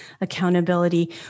accountability